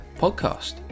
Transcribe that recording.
Podcast